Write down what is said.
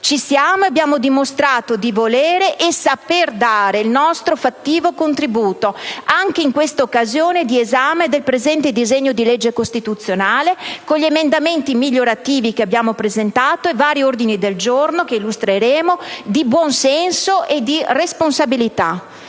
Ci siamo e abbiamo dimostrato di volere e saper dare il nostro fattivo contributo, anche in occasione dell'esame del presente disegno di legge costituzionale, con gli emendamenti migliorativi che abbiamo presentato e vari ordini del giorno, che illustreremo, di buon senso e di responsabilità.